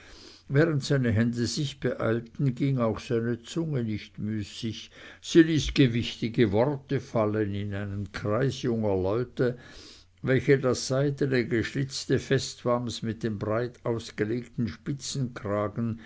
während seine hände sich beeilten ging auch seine zunge nicht müßig sie ließ gewichtige worte fallen in einen kreis junger leute welche das seidene geschlitzte festwams mit dem breit ausgelegten